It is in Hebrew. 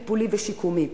טיפולי ושיקומי.